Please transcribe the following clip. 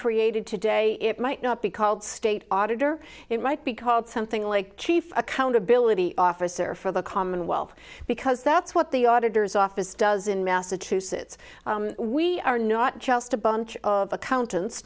created today it might not be called state auditor it might be called something like chief accountability officer for the commonwealth because that's what the auditors office does in massachusetts we are not just a bunch of accountants